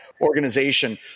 organization